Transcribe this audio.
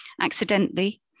Accidentally